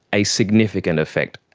a significant effect.